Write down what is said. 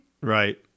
Right